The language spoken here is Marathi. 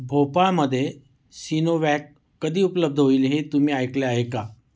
भोपाळमध्ये सीनोवॅक कधी उपलब्ध होईल हे तुम्ही ऐकले आहे का